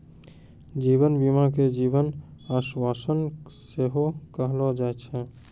जीवन बीमा के जीवन आश्वासन सेहो कहलो जाय छै